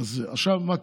אז מה קורה,